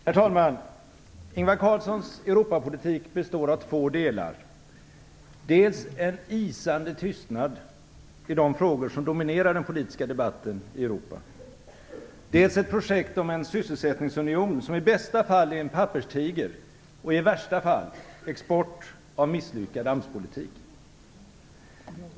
Herr talman! Ingvar Carlssons Europapolitik består av två delar - dels en isande tystnad i de frågor som dominerar den politiska debatten i Europa, dels ett projekt om en sysselsättningsunion som i bästa fall är en papperstiger och i värsta fall export av misslyckad AMS-politik.